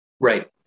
Right